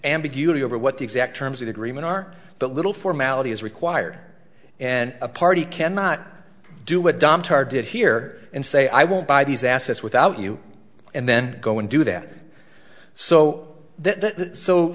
ambiguity over what the exact terms of agreement are but little formality is required and a party cannot do what dom tar did here and say i won't buy these assets without you and then go and do that so